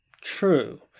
true